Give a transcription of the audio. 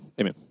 Amen